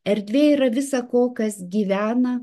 erdvė yra visa ko kas gyvena